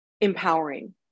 empowering